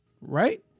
Right